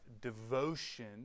devotion